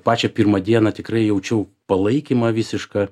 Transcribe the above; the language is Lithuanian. pačią pirmą dieną tikrai jaučiau palaikymą visišką